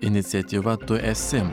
iniciatyva tu esi